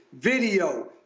video